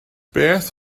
beth